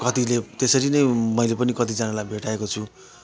कतिले त्यसरी नै मैले पनि कतिजनालाई भेटाएको छु